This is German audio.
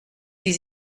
sie